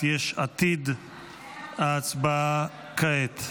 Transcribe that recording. ההצבעה כעת.